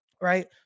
right